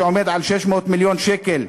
שעומד על 600 מיליון שקל,